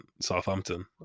Southampton